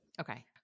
Okay